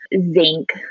zinc